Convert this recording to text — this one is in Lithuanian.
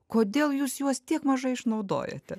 kodėl jūs juos tiek mažai išnaudojote